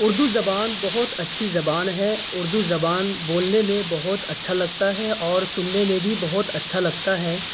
اردو زبان بہت اچھی زبان ہے اردو زبان بولنے میں بہت اچھا لگتا ہے اور سننے میں بھی بہت اچھا لگتا ہے